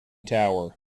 tower